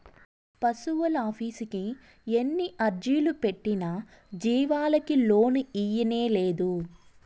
పశువులాఫీసుకి ఎన్ని అర్జీలు పెట్టినా జీవాలకి లోను ఇయ్యనేలేదు